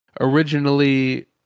Originally